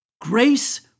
Grace